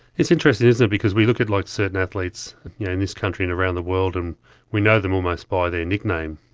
it's interesting isn't it because we look at like certain athletes yeah in this country and around the world, and we know them almost by their nickname.